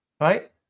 Right